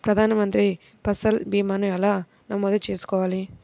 ప్రధాన మంత్రి పసల్ భీమాను ఎలా నమోదు చేసుకోవాలి?